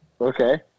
Okay